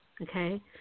okay